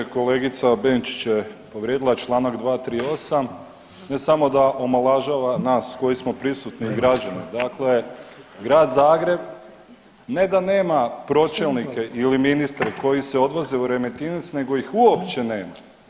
Kolegica Benčić je povrijedila čl. 238. ne samo da omalažava nas koji smo prisutni i građane, dakle Grad Zagreb ne da nema pročelnike ili ministre koji se odvoze u Remetinec, nego ih uopće nema.